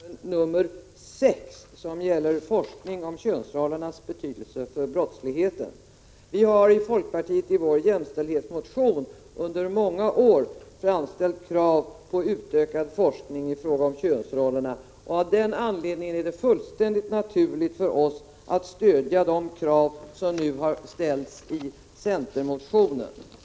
Herr talman! Å folkpartiets vägnar yrkar jag bifall till reservation 6 som 1 juni 1987 gäller forskning om könsrollernas betydelse för brottsligheten. Vi har i folkpartiet i vår jämställdhetsmotion under många år framställt krav på utökad forskning i fråga om könsrollerna. Av den anledningen är det fullständigt naturligt för oss att stödja de krav som nu har ställts i centermotionen.